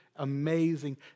amazing